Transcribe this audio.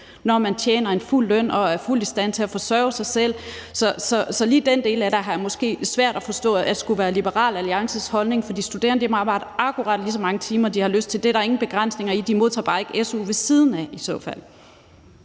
når man tjener en fuld løn og er fuldt i stand til at forsørge sig selv. Så lige den del af det har jeg måske svært ved at forstå skulle være Liberal Alliances holdning til de studerende. De må arbejde akkurat lige så mange timer, som de har lyst til. Det er der ingen begrænsninger i, men de modtager bare ikke su ved siden af i så fald.